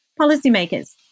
Policymakers